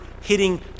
hitting